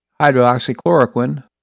hydroxychloroquine